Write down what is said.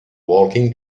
walking